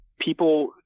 people